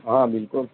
ہاں بالکل